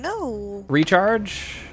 Recharge